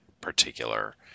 particular